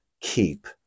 keep